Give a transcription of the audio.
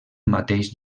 mateix